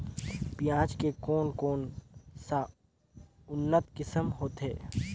पियाज के कोन कोन सा उन्नत किसम होथे?